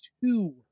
two